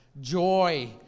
joy